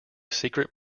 secret